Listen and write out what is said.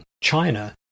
China